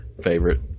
favorite